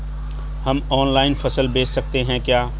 हम ऑनलाइन फसल बेच सकते हैं क्या?